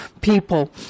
people